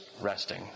resting